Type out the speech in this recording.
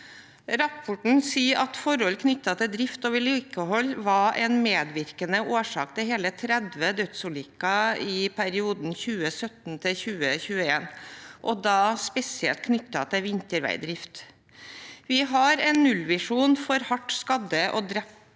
Rapporten sier at forhold knyttet til drift og vedlikehold var en medvirkende årsak til hele 30 dødsulykker i året i perioden 2017–2021, og da spesielt knyttet til vinterveidrift. Vi har en nullvisjon for hardt skadde og drepte